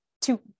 two